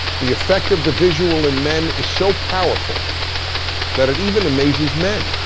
the effect of the visual in men is so powerful that it even amazes men.